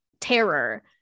terror